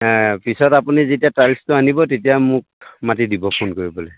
পিছত আপুনি যেতিয়া টাইলছটো আনিব তেতিয়া মোক মাতি দিব ফোন কৰি পেলাই